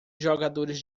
jogadores